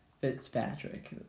Fitzpatrick